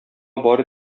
бары